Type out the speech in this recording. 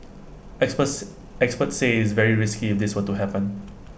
experts say experts say it's very risky if this were to happen